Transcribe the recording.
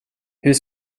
hur